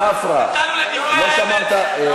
סליחה, אבל לא הייתה הפרעה.